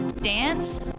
dance